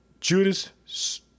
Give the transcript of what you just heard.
Judas